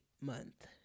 month